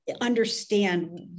understand